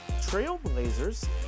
Trailblazers